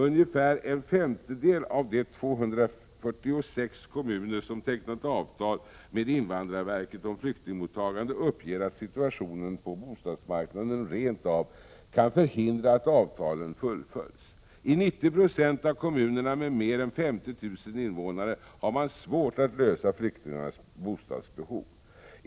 Ungefär en femtedel av de 246 kommuner som har tecknat avtal med statens invandrarverk om flyktingmottagande uppger att situationen på bostadsmarknaden rent av kan förhindra att avtalen fullföljs. I 90 26 av kommunerna med mer än 50 000 invånare har man svårt att lösa flyktingarnas bostadsbehov.